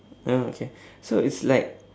oh okay so it's like